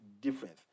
difference